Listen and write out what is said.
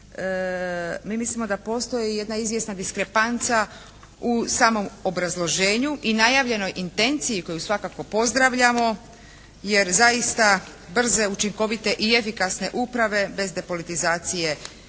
mi mislimo da postoji jedna izvjesna diskrepanca u samom obrazloženju i najavljenoj intenciji koju svakako pozdravljamo jer zaista brze, učinkovite i efikasne uprave bez depolitizacije nema.